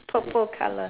purple colour